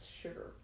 sugar